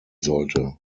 sollte